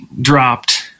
dropped